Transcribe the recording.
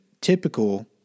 typical